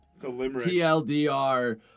TLDR